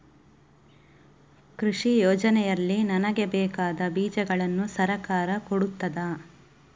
ಕೃಷಿ ಯೋಜನೆಯಲ್ಲಿ ನನಗೆ ಬೇಕಾದ ಬೀಜಗಳನ್ನು ಸರಕಾರ ಕೊಡುತ್ತದಾ?